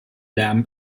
lärm